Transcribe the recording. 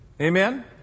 Amen